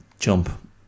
Jump